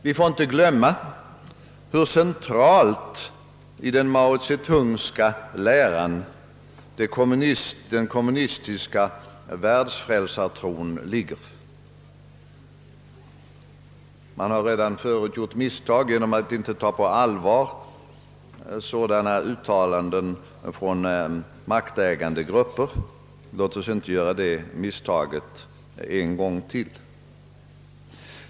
Vi får inte glömma hur central den kommunistiska världsfrälsartron är i den Mao Tse-tungska läran. Man har inom demokratierna mer än en gång gjort misstaget att inte ta på allvar sådana uttalanden från maktägande individer och grupper — låt oss inte göra det misstaget en gång till!